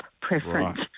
preference